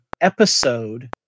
episode